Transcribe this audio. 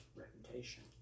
reputation